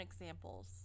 examples